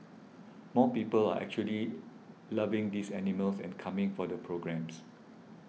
more people are actually loving these animals and coming for the programmes